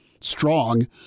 strong